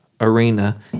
Arena